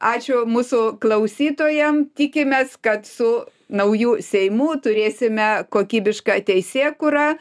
ačiū mūsų klausytojam tikimės kad su nauju seimu turėsime kokybišką teisėkūrą